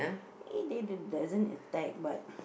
they the doesn't attack but